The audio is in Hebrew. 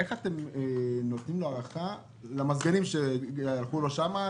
איך אתם נותנים לו הערכה על המזגנים שהלכו לו שם,